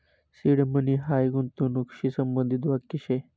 seed money हायी गूंतवणूकशी संबंधित वाक्य शे